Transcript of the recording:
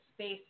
space